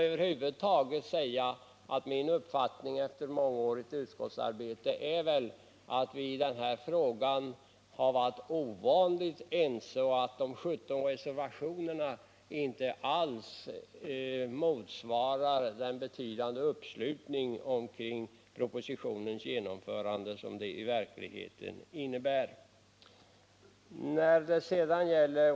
Över huvud taget är min uppfattning, efter mångårigt utskottsarbete, att vi i den här frågan har varit ovanligt ense och att de 17 reservationerna inte alls motsvarar den betydande uppslutning kring propositionens genomförande som det i verkligheten handlar om.